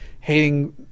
hating